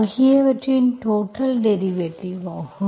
ஆகியவற்றின் total derivative ஆகும்